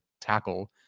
tackle